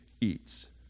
eats